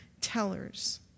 tellers